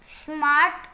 smart